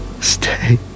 stay